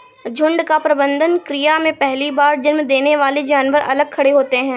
झुंड का प्रबंधन क्रिया में पहली बार जन्म देने वाले जानवर अलग खड़े होते हैं